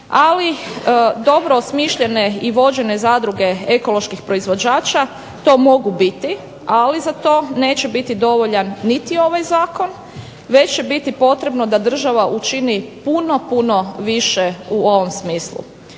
Ali, dobro osmišljene i vođene zadruge ekoloških proizvođača to mogu biti, ali za to neće biti dovoljan niti ovaj zakon već će biti potrebno da država učini puno, puno više u ovom smislu.